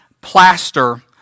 plaster